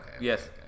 Yes